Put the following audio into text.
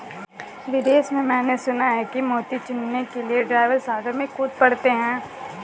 विदेश में मैंने सुना है कि मोती चुनने के लिए ड्राइवर सागर में कूद पड़ते हैं